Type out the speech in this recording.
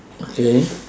okay